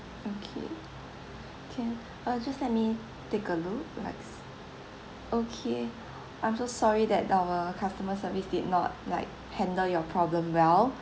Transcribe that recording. okay okay uh just let me take a look okay I'm so sorry that our customer service did not like handle your problem well